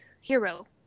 hero